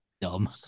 Dumb